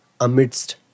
amidst